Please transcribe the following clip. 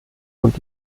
und